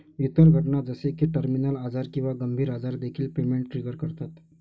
इतर घटना जसे की टर्मिनल आजार किंवा गंभीर आजार देखील पेमेंट ट्रिगर करतात